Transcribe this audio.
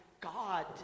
God